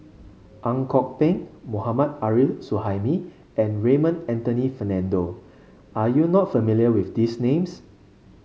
Ang Kok Peng Mohammad Arif Suhaimi and Raymond Anthony Fernando are you not familiar with these names